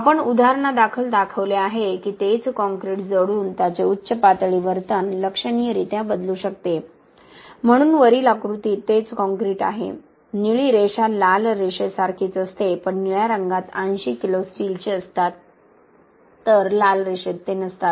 आपण उदाहरणादाखल दाखवले आहे की तेच कॉंक्रिट जोडून त्याचे उच्च पातळी वर्तन लक्षणीयरीत्या बदलू शकते म्हणून वरील आकृतीत तेच कॉंक्रिट आहे निळी रेषा लाल रेषेसारखीच असते पण निळ्या रंगात 80 किलो स्टीलचे असतात तर लाल रेषेत नसते